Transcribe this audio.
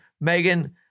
Megan